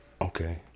Okay